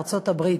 בארצות-הברית,